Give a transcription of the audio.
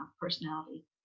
personality